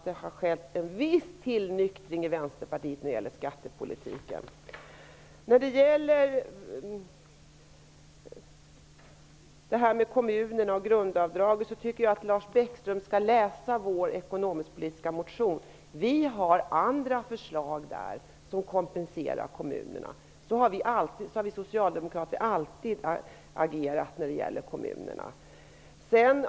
Det har skett en viss tillnyktring i Vänsterpartiet när det gäller skattepolitiken. När det gäller kommunerna och grundavdraget tycker jag att Lars Bäckström skall läsa vår ekonomisk-politiska motion. Vi har andra förslag där som kompenserar kommunerna. Så har vi socialdemokrater alltid agerat när det gäller kommunerna.